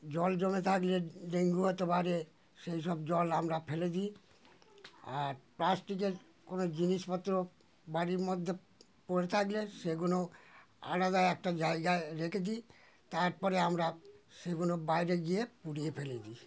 জল জমে থাকলে ডেঙ্গু হতে পারে সেই সব জল আমরা ফেলে দিই আর প্লাস্টিকের কোনো জিনিসপত্র বাড়ির মধ্যে পড়ে থাকলে সেগুনো আলাদা একটা জায়গায় রেখে দিই তারপরে আমরা সেগুলো বাইরে গিয়ে পুড়িয়ে ফেলে দিই